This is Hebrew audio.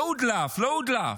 לא הודלף, לא הודלף,